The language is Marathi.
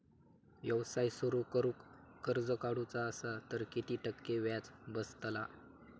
व्यवसाय सुरु करूक कर्ज काढूचा असा तर किती टक्के व्याज बसतला?